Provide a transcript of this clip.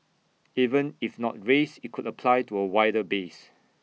even if not raised IT could apply to A wider base